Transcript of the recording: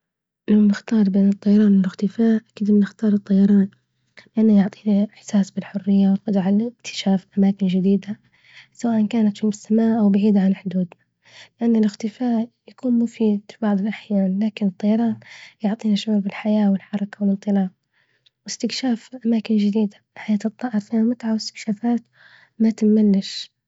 لو بختار بين الطيران الإختفاء اكيد بنختار الطيران، لإنه يعطينا إحساس بالحرية، إكتشاف أماكن جديدة، سواء كانت في السماء أو بعيدة عن حدودنا، لإن الإختفاء يكون مفيد في بعض الأحيان، لكن الطيران يعطينا شعور الحياة والحركة، والإنطلاق وإستكشاف أماكن جديدة الحياة تبطأ ومتعة وإستكشافات ما تنملش.